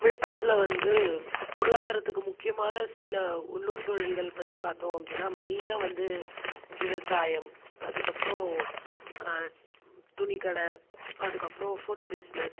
விழுப்புரத்தில் வந்து பொருளாதாரத்துக்கு முக்கியமான சில உள்ளூர் தொழில்கள் பற்றி பார்த்தோம் அப்படினா மெயினாக வந்து விவசாயம் அதுக்கு அப்புறம் துணி கடை அதுக்கு அப்புறம் ஃபுட் பிசினஸ்